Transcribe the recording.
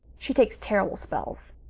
she takes terrible spells.